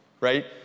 right